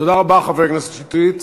תודה רבה, חבר הכנסת שטרית.